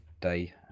day